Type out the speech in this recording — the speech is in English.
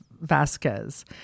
Vasquez